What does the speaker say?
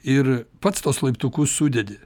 ir pats tuos laiptukus sudedi